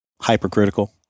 hypercritical